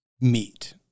meet